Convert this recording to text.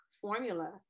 formula